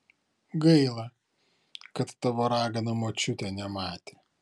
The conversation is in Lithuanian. gaila kad tavo ragana močiutė nematė